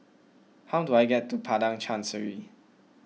how do I get to Padang Chancery